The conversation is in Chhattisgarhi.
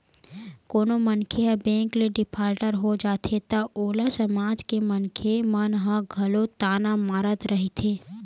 कोनो मनखे ह बेंक ले डिफाल्टर हो जाथे त ओला समाज के मनखे मन ह घलो ताना मारत रहिथे